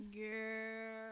girl